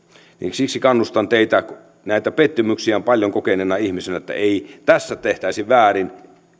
siksi kannustan teitä näitä pettymyksiä paljon kokeneena ihmisenä että ei tässä tehtäisi väärin